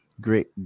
Great